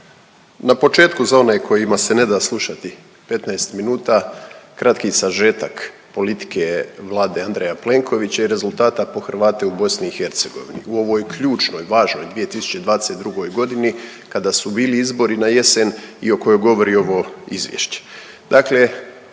Na početku za one kojima se ne da slušati 15 minuta kratki sažetak politike Vlade Andreja Plenkovića i rezultata po Hrvate u Bosni i Hercegovini u ovoj ključnoj, važnoj 2022. godini kada su bili izbori na jesen i o kojoj govori ovo izvješće.